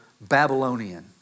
Babylonian